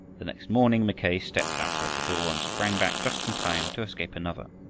the next morning, mackay stepped outside the door and sprang back just in time to escape another,